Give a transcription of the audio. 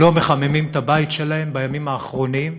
לא מחממים את הבית שלהם בימים האחרונים,